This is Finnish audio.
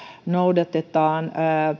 noudatetaan